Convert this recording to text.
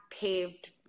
paved